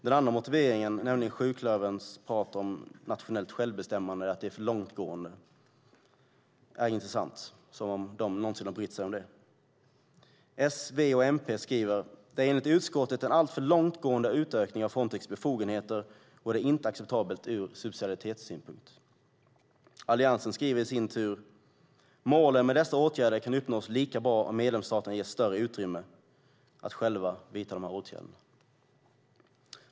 Den andra motiveringen, nämligen sjuklöverns prat om nationellt självbestämmande och att förslaget är för långtgående, är intressant - som om de någonsin skulle ha brytt sig om det! S, V och MP skriver: "Detta är enligt utskottet en alltför långtgående utökning av Frontex befogenheter, och det är inte acceptabelt ur subsidiaritetssynpunkt." Alliansen skriver i sin tur: "Målen med dessa åtgärder kan uppnås lika bra om medlemsstaterna ges större utrymme att själva bestämma de närmare åtgärder som ska vidtas."